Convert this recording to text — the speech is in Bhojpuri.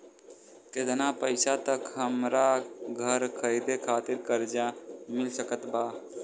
केतना पईसा तक हमरा घर खरीदे खातिर कर्जा मिल सकत बा?